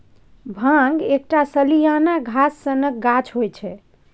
भांग एकटा सलियाना घास सनक गाछ होइ छै